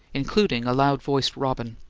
including a loud-voiced robin.